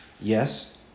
Yes